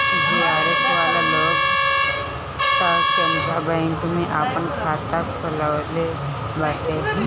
JRF वाला लोग तअ केनरा बैंक में आपन खाता खोलववले बाटे